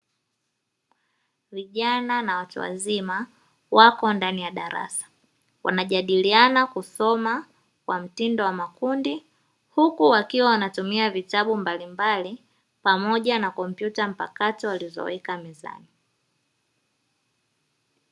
Vijana na watu wazima wako ndani ya darasa wanajadiliana kusoma kwa mtindo wa makundi, huku wakiwa wanatumia vitabu mbalimbali pamoja na kompyuta mpakato walizoweka mezani.